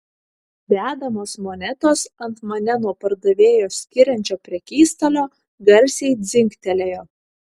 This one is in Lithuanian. dedamos monetos ant mane nuo pardavėjo skiriančio prekystalio garsiai dzingtelėjo